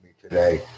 today